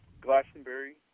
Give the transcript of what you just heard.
Glastonbury